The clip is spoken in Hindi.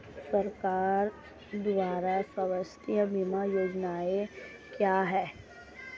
सरकार द्वारा स्वास्थ्य बीमा योजनाएं क्या हैं?